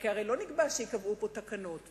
נכון שאין לנו אמון בממשלה הזאת,